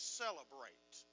celebrate